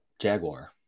Jaguar